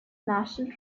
national